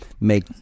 make